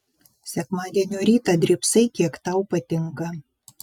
sekmadienio rytą drybsai kiek tau patinka